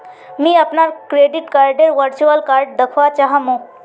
मी अपनार क्रेडिट कार्डडेर वर्चुअल कार्ड दखवा चाह मु